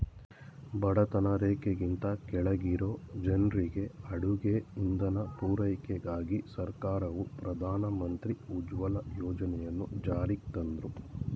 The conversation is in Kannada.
ಬಡತನ ರೇಖೆಗಿಂತ ಕೆಳಗಿರೊ ಜನ್ರಿಗೆ ಅಡುಗೆ ಇಂಧನ ಪೂರೈಕೆಗಾಗಿ ಸರ್ಕಾರವು ಪ್ರಧಾನ ಮಂತ್ರಿ ಉಜ್ವಲ ಯೋಜನೆಯನ್ನು ಜಾರಿಗ್ತಂದ್ರು